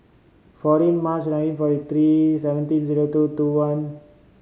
fourteen March nineteen forty three seventeen zero two two one